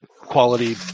quality